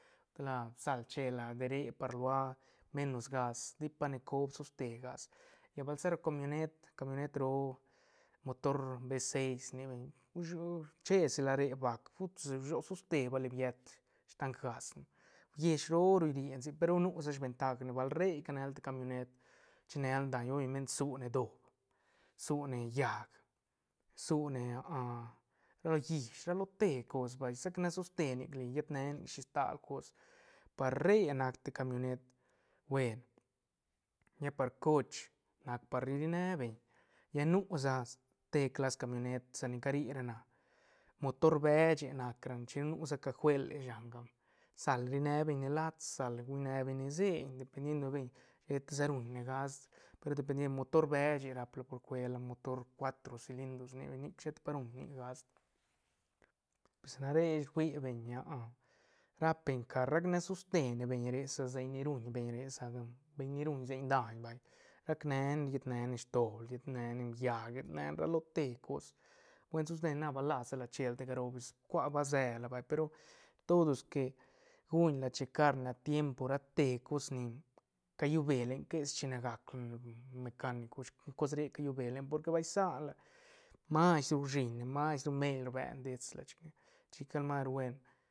Ta la sal che la de re par lua menos gas ti pa ne cob soste gas lla bal sa ra camionet- camionet roo motor be seis rnibeñ che se la re bác pu ta su sho soste ba li biet stank gasne uieshi ro ru srri ne sic pe ru nu sa sventajne bal re icanela te camionet chi ne la ne daiñ obviment su ne doob su ne llaäc su ne ra llish ra lo te cos vay sac ne sostene nic li llet ne la shi stal cos par rre nac te camionet buen lla par coch nac par rri ne beñ lla nu sa ste clas camionet sa ni ca ri na motor beche nac rane chin nu sa caguel shanga sal ri ne beñ ne lats sa bal guñ ne beñ ne seiñ dependiendo beñ sheta sa ruñ ne gast pe ru de pendiendo beñ sheta sa ruñne gast pero dependiendo motor beche rap la por cuela motor cuatro silindros rni beñ nic sheta pa ruñ nic gast pues sa re fui beñ rap beñ car rac ne soste ne beñ re sa seiñ ni ruñ beñ re sa ca beñ ni ruñ seiñ daiñ vay rac ne- ne riet ne- ne sdoob riet ne- ne llaäc riet ne- ne ra lo te cos buen soste na bal las sa la che la te caro pues cua ba se la vay pe ru todos que guñ la checarne a timepo ra te cos ni callu be lene quesi chi ne gac mecanico cos re callube len ne porque bal sianla mas ru rshiñ ne mas ru meil rbe ne dets la chic ne chi cal mas ru buen,